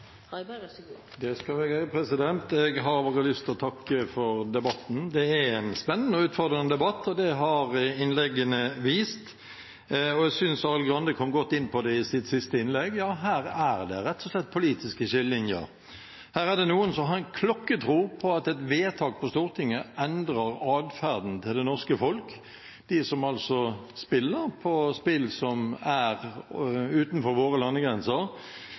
Jeg har lyst til å takke for debatten. Det er en spennende og utfordrende debatt, og det har innleggene vist. Jeg synes Arild Grande kom godt inn på det i sitt siste innlegg – ja, her er det rett og slett politiske skillelinjer. Her er det noen som har klokkertro på at et vedtak på Stortinget endrer adferden til det norske folk – de som altså spiller spill som er utenfor våre landegrenser